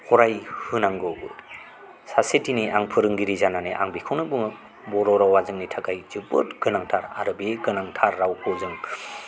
फराय होनांगौ सासे दिनै आं फोरोंगिरि जानानै आं बेखौनो बुङो बर' रावा जोंनि थाखाय जोबोद गोनांथार आरो बे गोनांथार रावखौ जों